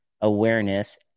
awareness